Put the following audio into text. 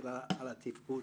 פרט למוסדות הפטור.